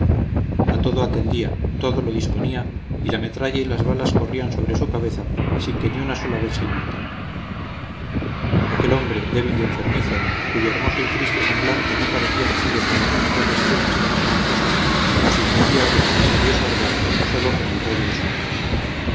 a todo atendía todo lo disponía y la metralla y las balas corrían sobre su cabeza sin que ni una sola vez se inmutara aquel hombre débil y enfermizo cuyo hermoso y triste semblante no parecía nacido para arrostrar escenas tan espantosas nos infundía a todos misterioso ardor sólo con el rayo de su mirada